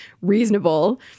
reasonable